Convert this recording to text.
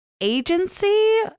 agency